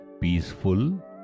peaceful